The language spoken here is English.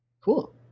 Cool